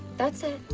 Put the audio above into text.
that's it.